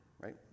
right